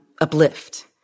uplift